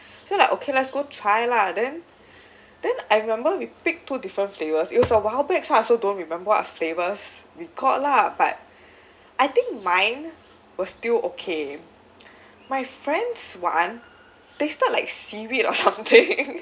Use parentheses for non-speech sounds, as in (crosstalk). so like okay let's go try lah then then I remember we pick two different flavours it was a wild bet so I also don't remember what flavours we got lah but I think mine was still okay my friend's [one] tasted like seaweed or something (laughs)